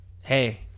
Hey